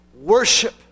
worship